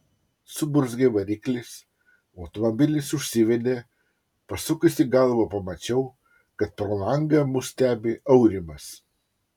suburzgė variklis automobilis užsivedė pasukusi galvą pamačiau kad pro langą mus stebi aurimas